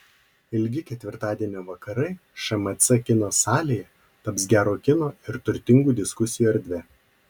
ilgi ketvirtadienio vakarai šmc kino salėje taps gero kino ir turtingų diskusijų erdve